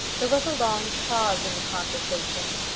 there was a long pause in the conversation,